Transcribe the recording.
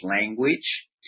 language